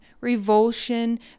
revulsion